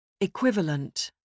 Equivalent